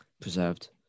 preserved